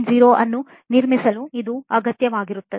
0 ಅನ್ನು ನಿರ್ಮಿಸಲು ಇದು ಅಗತ್ಯವಾಗಿರುತ್ತದೆ